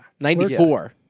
94